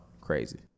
Crazy